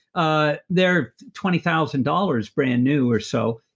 ah they are twenty thousand dollars brand new or so.